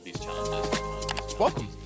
Welcome